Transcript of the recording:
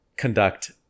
conduct